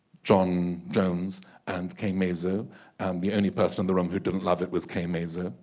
john jones and kay mazzo and the only person in the room who didn't love it was kay mazzo